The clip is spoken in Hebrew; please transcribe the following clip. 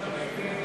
נתקבל.